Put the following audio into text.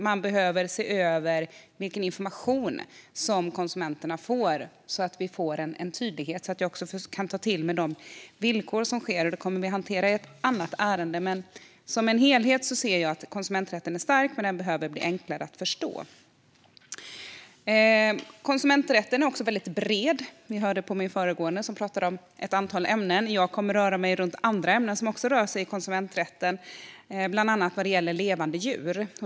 Man behöver se över vilken information konsumenterna får, så att de får en tydlighet och kan ta till sig de villkor som finns. Detta kommer vi att hantera i ett annat ärende. Jag anser att konsumenträtten är stark som helhet men behöver bli enklare att förstå. Konsumenträtten är också väldigt bred. Vi hörde föregående talare prata om ett antal ämnen. Jag kommer att röra mig runt andra ämnen som också har att göra med konsumenträtten, bland annat levande djur.